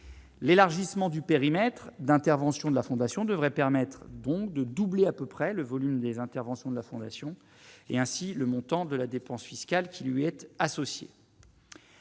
l'élargissement du périmètre d'intervention de la fondation devrait permettre donc de doubler à peu près le volume des interventions de la fondation et ainsi le montant de la dépense fiscale qui lui être associé.